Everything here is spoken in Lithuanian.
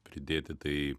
pridėti tai